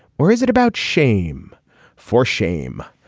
or is it about shame for shame.